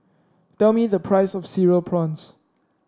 tell me the price of Cereal Prawns